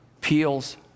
peels